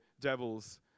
devils